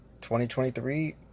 2023